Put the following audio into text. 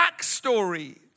backstory